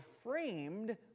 framed